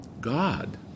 God